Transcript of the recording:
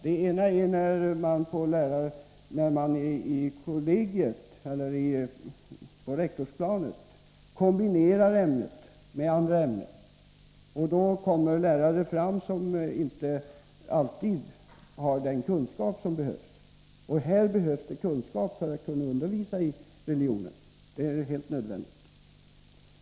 Det ena är när man i kollegiet eller på rektorsplanet kombinerar ämnet med andra ämnen. Då kommer lärare fram som inte alltid har den kunskap som behövs. Det behövs nämligen kunskap för att kunna undervisa i religion, det är helt nödvändigt.